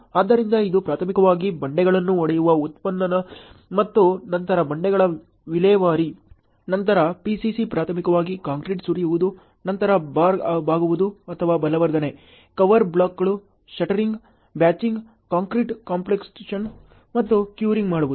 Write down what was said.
ಆದ್ದರಿಂದ ಇದು ಪ್ರಾಥಮಿಕವಾಗಿ ಬಂಡೆಗಳನ್ನು ಒಡೆಯುವ ಉತ್ಖನನ ಮತ್ತು ನಂತರ ಬಂಡೆಗಳ ವಿಲೇವಾರಿ ನಂತರ PCC ಪ್ರಾಥಮಿಕವಾಗಿ ಕಾಂಕ್ರೀಟ್ ಸುರಿಯುವುದು ನಂತರ ಬಾರ್ ಬಾಗುವುದು ಅಥವಾ ಬಲವರ್ಧನೆ ಕವರ್ ಬ್ಲಾಕ್ಗಳು ಶಟ್ಟರಿಂಗ್ ಬ್ಯಾಚಿಂಗ್ ಕಾಂಕ್ರೀಟ್ ಕಾಂಪ್ಯಾಕ್ಷನ್ ಮತ್ತು ಕ್ಯೂರಿಂಗ್ ಮಾಡುವುದು